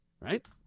right